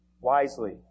wisely